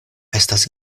estas